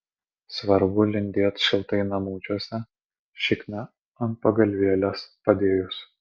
svarbu lindėt šiltai namučiuose šikną ant pagalvėlės padėjus